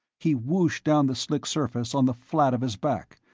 he whooshed down the slick surface on the flat of his back,